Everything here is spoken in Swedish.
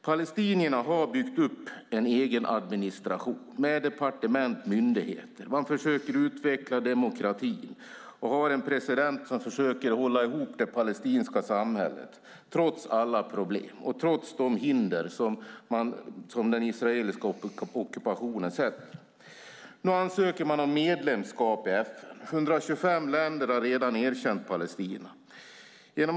Palestinierna har byggt upp en egen administration med departement och myndigheter. De försöker att utveckla demokratin och har en president som försöker att hålla ihop det palestinska samhället trots alla problem och trots de hinder som den israeliska ockupationen sätter. Nu ansöker de om medlemskap i FN. Det är redan 125 länder som har erkänt Palestina.